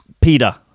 peter